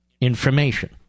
information